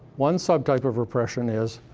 one subtype of repression is